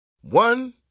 One